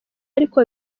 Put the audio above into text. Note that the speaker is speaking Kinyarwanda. ariko